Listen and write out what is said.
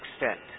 extent